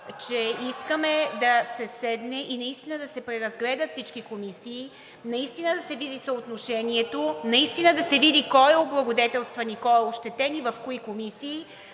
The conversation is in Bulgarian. че искаме да се седне и наистина да се преразгледат всички комисии (оживление,) наистина да се види съотношението, наистина да се види кой е облагодетелстван и кой е ощетен и в кои комисии.